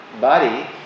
body